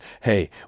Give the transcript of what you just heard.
hey